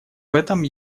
этом